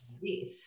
yes